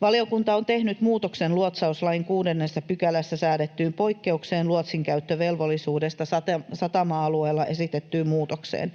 Valiokunta on tehnyt muutoksen luotsauslain 6 §:ssä säädettyyn poikkeukseen luotsinkäyttövelvollisuudesta satama-alueella esitettyyn muutokseen